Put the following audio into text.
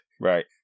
Right